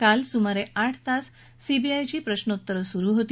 काल सुमारे आठ तास सीबीआयची प्रश्नोत्तर सुरू होती